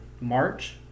March